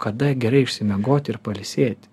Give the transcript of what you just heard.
kada gerai išsimiegoti ir pailsėti